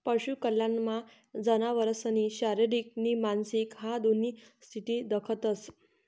पशु कल्याणमा जनावरसनी शारीरिक नी मानसिक ह्या दोन्ही स्थिती दखतंस